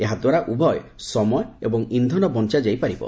ଏହାଦ୍ୱାରା ଉଭୟ ସମୟ ଏବଂ ଇନ୍ଧନ ବଞ୍ଚାଯାଇ ପାରିବ